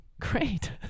Great